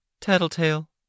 Tattletale